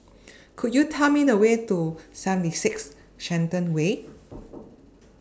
Could YOU Tell Me The Way to seventy six Shenton Way